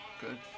good